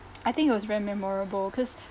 I think it was very memorable cause